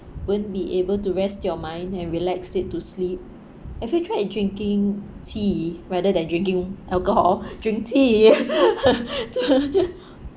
won't be able to rest your mind and relaxed it to sleep have you tried drinking tea rather than drinking alcohol drink tea